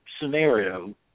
scenario